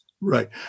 Right